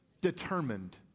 Determined